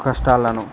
కష్టాలను